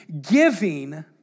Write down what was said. giving